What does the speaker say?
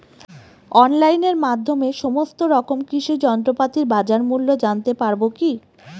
অনলাইনের মাধ্যমে সমস্ত রকম কৃষি যন্ত্রপাতির বাজার মূল্য জানতে পারবো কি?